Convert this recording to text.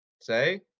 say